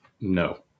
No